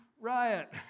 riot